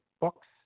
books